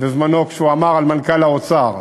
בזמנו, כשהוא אמר על מנכ"ל האוצר.